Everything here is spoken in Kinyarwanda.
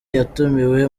yatumiwe